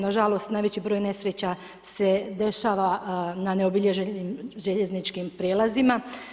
Nažalost najveći broj nesreća se dešava na neobilježenim željezničkim prijelazima.